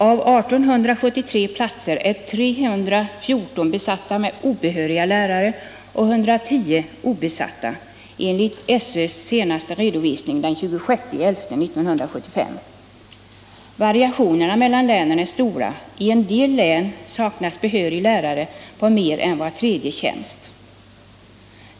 Av 1873 tjänster är 314 besatta med obehöriga lärare och 110 obesatta enligt SÖ:s senaste redovisning, den 26 november 1975. Variationerna mellan länen är stora. I en del län saknas behörig lärare på mer än var tredje tjänst.